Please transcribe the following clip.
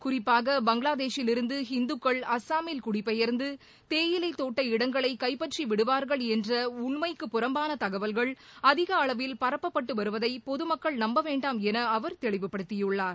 குறிப்பாக பங்களாதேஷிலிருந்து இந்துக்கள் அஸ்ஸாமில் குடிபெயர்ந்து தேயிலைத் தோட்ட இடங்களை கைப்பற்றி விடுவார்கள் என்ற உண்மைக்கு புறம்பான தகவல்கள் அதிக அளவில் பரப்பப்பட்டு வருவதை பொதுமக்கள் நம்பவேண்டாம் என அவர் தெளிவுப்படுத்தியுள்ளார்